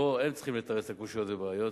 ופה הם צריכים לתרץ את הקושיות והבעיות